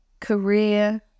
career